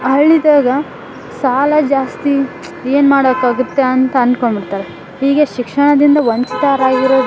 ಹಳ್ಳಿದಾಗೆ ಸಾಲ ಜಾಸ್ತಿ ಏನು ಮಾಡೋಕ್ಕಾಗುತ್ತೆ ಅಂತ ಅಂದ್ಕೊಂಬಿಡ್ತಾರೆ ಹೀಗೆ ಶಿಕ್ಷಣದಿಂದ ವಂಚಿತರಾಗಿರೋದು